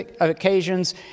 occasions